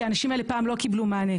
כי האנשים האלה פעם לא קיבלו מענה.